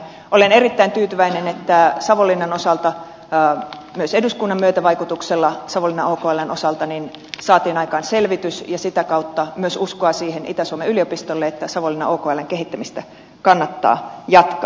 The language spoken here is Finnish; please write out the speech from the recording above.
olen erittäin tyytyväinen että savonlinnan osalta myös eduskunnan myötävaikutuksella savonlinnan okln osalta saatiin aikaan selvitys ja sitä kautta myös uskoa siihen itä suomen yliopistolle että savonlinnan okln kehittämistä kannattaa jatkaa